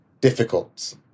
difficult